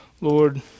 Lord